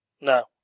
No